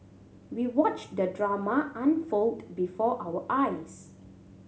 we watched the drama unfold before our eyes